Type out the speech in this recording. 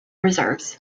reserves